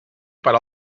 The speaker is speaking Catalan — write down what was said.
per